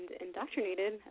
indoctrinated